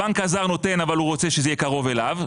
הבנק הזר נותן אבל רוצה שזה יהיה קרוב אליו,